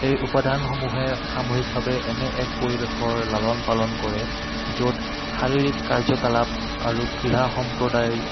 এই উপাদানসমূহে সামূহিকভাৱে এনে এক পৰিৱেশৰ লালন পালন কৰে য'ত শাৰীৰিক কাৰ্যকলাপ আৰু ক্ৰীড়া সম্প্ৰদায়